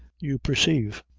you persave.